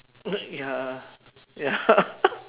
uh ya ya